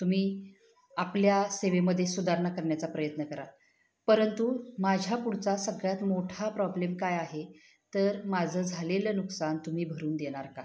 तुम्ही आपल्या सेवेमध्ये सुधारणा करण्याचा प्रयत्न करा परंतु माझ्या पुढचा सगळ्यात मोठा प्रॉब्लेम काय आहे तर माझं झालेलं नुकसान तुम्ही भरून देणार का